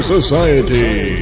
Society